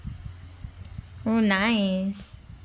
oh nice